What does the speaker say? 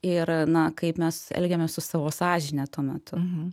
ir na kaip mes elgiamės su savo sąžine tuo metu